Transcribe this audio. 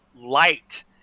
light